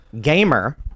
Gamer